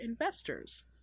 investors